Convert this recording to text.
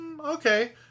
okay